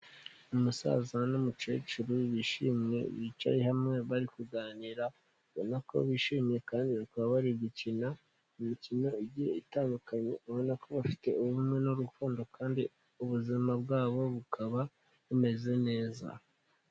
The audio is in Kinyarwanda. Umusaza n'umukecuru bishimye, bicaye hamwe bari kuganira, ubona ko bishimye kandi bakaba bari gukina imikino igiye itandukanye, ubona ko bafite ubumwe n'urukundo kandi ubuzima bwabo bukaba bumeze neza.